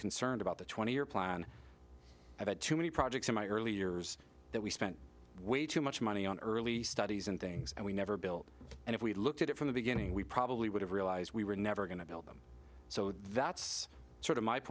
concerned about the twenty year plan i've had too many projects in my early years that we spent way too much money on early studies and things and we never built and if we looked at it from the beginning we probably would have realized we were never going to build them so that's sort of my